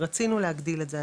רצינו להגדיל את זה,